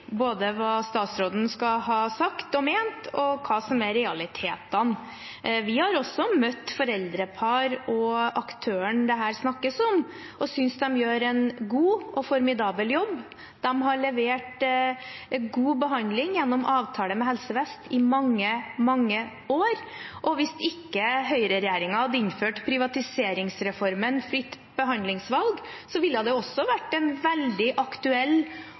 både når det gjelder hva statsråden skal ha sagt og ment, og hva som er realitetene. Vi har også møtt foreldrepar og aktøren det her snakkes om, og synes de gjør en god og formidabel jobb. De har levert god behandling gjennom avtale med Helse Vest i mange, mange år. Hvis ikke høyreregjeringen hadde innført privatiseringsreformen fritt behandlingsvalg, ville det også vært en veldig aktuell